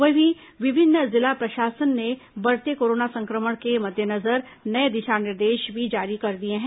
वहीं विभिन्न जिला प्रशासन ने बढ़ते कोरोना संक्रमण के मद्देनजर नये दिशा निर्देश भी जारी कर दिए हैं